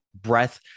breath